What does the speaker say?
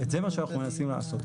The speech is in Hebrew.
זה מה שאנחנו מנסים לעשות.